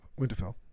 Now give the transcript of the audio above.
Winterfell